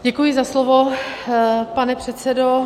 Děkuji za slovo, pane předsedo.